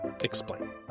explain